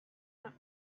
her